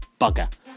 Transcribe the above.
bugger